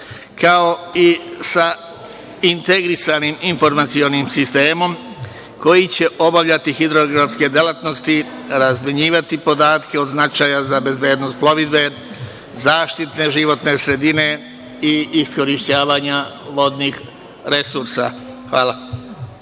kao i sa integrisanim informacionim sistemom koji će obavljati hidrografske delatnosti, razmenjivati podatke od značaja za bezbednost plovidbe, zaštite životne sredine i iskorišćavanja vodnih resursa. Hvala.